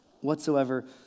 whatsoever